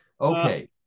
Okay